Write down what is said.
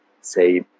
say